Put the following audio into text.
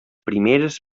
primeres